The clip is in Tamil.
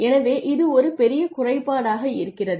எனவே இது ஒரு பெரிய குறைபாடாக இருக்கிறது